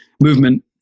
movement